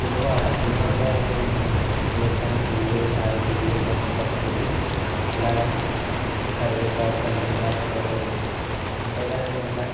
పులిహోర పులిహోరలో మేము వేరుసెనగ గుళ్ళు ఛాయ గుళ్ళు మినప్పప్పు ఇలాగ కరివేపాకని లేకపోతే ఉంటాయి కదండీ ఇంకా